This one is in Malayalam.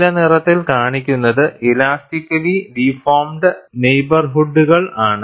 നീലനിറത്തിൽ കാണിക്കുന്നത് ഇലാസ്റ്റിക്കലി ഡിഫോർമിഡ് നെയ്ബർഹുഡുകൾ ആണ്